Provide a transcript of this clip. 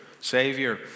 Savior